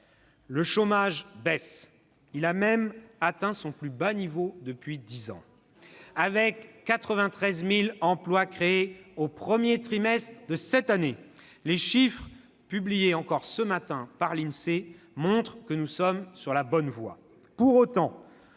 Le chômage baisse ; il a même atteint son plus bas niveau depuis dix ans. Avec 93 000 emplois créés au premier trimestre, les chiffres publiés encore ce matin par l'Insee montrent que nous sommes sur la bonne voie.